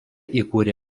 įkūrė